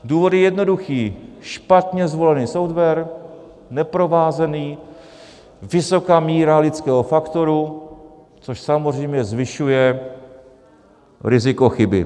Důvod je jednoduchý špatně zvolený software, neprovázaný, vysoká míra lidského faktoru, což samozřejmě zvyšuje riziko chyby.